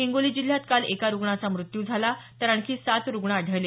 हिंगोली जिल्ह्यात काल एका रुग्णाचा मृत्यू झाला तर आणखी सात रुग्ण आढळले